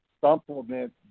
supplement